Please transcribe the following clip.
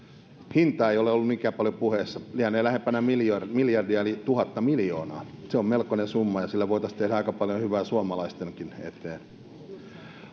hinta ei ole ollut niinkään paljon puheissa lienee lähempänä miljardia eli tuhatta miljoonaa se on melkoinen summa ja sillä voitaisiin tehdä aika paljon hyvää suomalaistenkin eteen